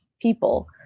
people